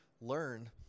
learn